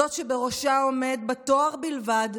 זאת שבראשה עומד, בתואר בלבד,